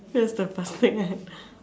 that's the plastic right